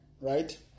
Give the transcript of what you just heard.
Right